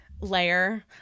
layer